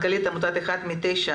מסיגל רצין מנכ"לית עמותת אחת מתשע,